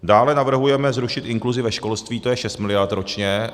Dále navrhujeme zrušit inkluzi ve školství, to je 6 mld. ročně.